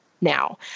now